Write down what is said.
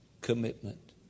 commitment